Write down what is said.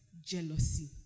jealousy